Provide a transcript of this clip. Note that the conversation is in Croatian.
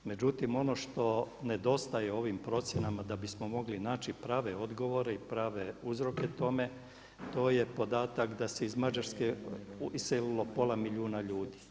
Međutim, ono što nedostaje ovim procjenama da bismo mogli naći prave odgovore i prave uzroke tome to je podatak da se iz Mađarske iselilo pola milijuna ljudi.